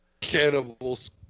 Cannibals